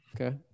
Okay